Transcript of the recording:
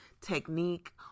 technique